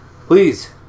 please